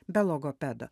be logopedo